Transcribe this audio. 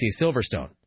Silverstone